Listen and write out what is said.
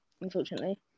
unfortunately